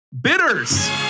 bitters